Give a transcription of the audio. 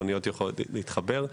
כדי שהאוניות יוכלו להתחבר,